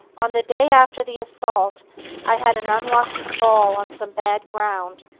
on the day after the assault i had an unlucky fall on some bad ground,